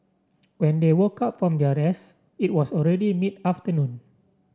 when they woke up from their rest it was already mid afternoon